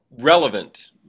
relevant